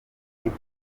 numva